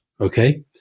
Okay